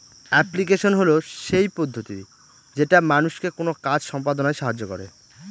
application হল সেই পদ্ধতি যেটা মানুষকে কোনো কাজ সম্পদনায় সাহায্য করে